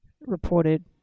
reported